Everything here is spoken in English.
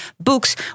books